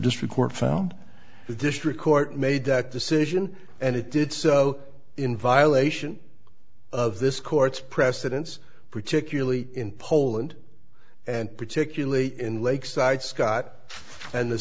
district court found the district court made that decision and it did so in violation of this court's precedents particularly in poland and particularly in lakeside scott and the